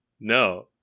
no